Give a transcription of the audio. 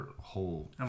whole